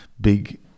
big